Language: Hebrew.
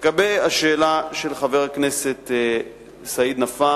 לגבי השאלה של חבר הכנסת סעיד נפאע,